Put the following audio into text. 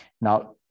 Now